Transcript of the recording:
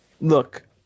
Look